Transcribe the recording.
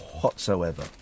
whatsoever